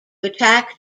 attack